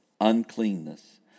uncleanness